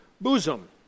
bosom